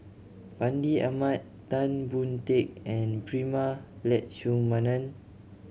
Fandi Ahmad Tan Boon Teik and Prema Letchumanan